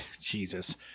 jesus